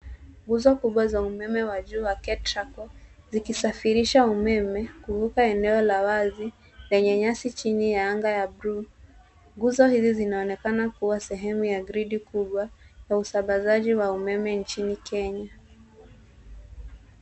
Nguzo kubwa za umeme wa jua wa Ketrako zikisafirisha umeme kuvuka eneo la wazi na yenye nyasi chini ya anga ya blue . Nguzo hizi zinaonekana kuwa sehemu ya gridi kubwa ya usambazaji wa umeme nchini Kenya.